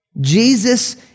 Jesus